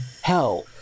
hell